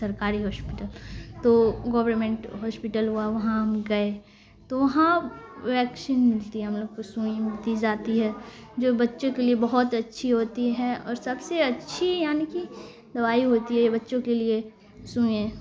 سرکاری ہاسپٹل تو government hospital ہوا وہاں ہم گئے تو وہاں ویکسین ملتی ہے ہم لوگ کو سوئیں ملتی جاتی ہے جو بچوں کے لیے بہت اچھی ہوتی ہے اور سب سے اچھی یعنی کہ دوائی ہوتی ہے بچوں کے لیے سوئیں